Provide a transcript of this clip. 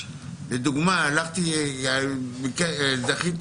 לדוגמה, זכיתי